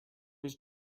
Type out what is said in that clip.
was